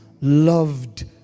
loved